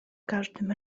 każdym